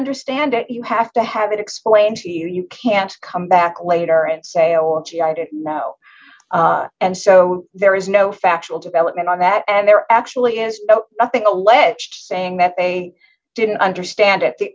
understand it you have to have it explained to you you can't come back later and say oh gee i didn't know and so there is no factual development on that and there actually is nothing alleged saying that they didn't understand it the